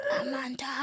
amanda